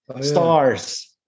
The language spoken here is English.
stars